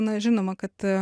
na žinoma kad